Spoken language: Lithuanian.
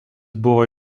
buvo